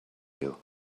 you